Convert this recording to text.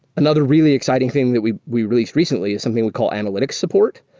another really exciting thing that we we released recently is something we call analytic support.